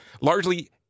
largely